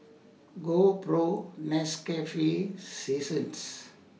GoPro Nescafe Seasons